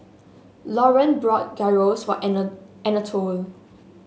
Lauren bought Gyros for Anatole